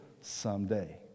someday